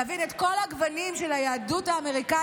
להבין את כל הגוונים של היהדות האמריקאית,